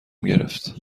گرفت